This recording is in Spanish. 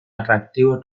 atractivo